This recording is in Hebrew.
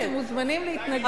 אתם מוזמנים להתנגד,